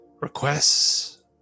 requests